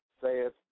saith